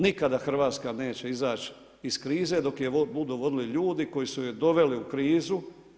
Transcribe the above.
Nikada Hrvatska neće izaći iz krize dok je budu vodili ljudi koji su je doveli u krizu.